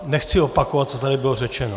Nechci opakovat, co tady bylo řečeno.